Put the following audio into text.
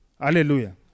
hallelujah